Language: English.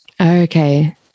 Okay